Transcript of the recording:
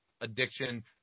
addiction